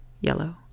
yellow